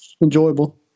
enjoyable